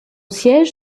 siège